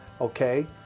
okay